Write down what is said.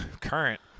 Current